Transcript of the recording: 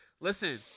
Listen